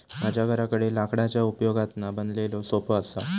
माझ्या घराकडे लाकडाच्या उपयोगातना बनवलेलो सोफो असा